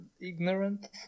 ignorant